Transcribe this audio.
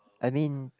I mean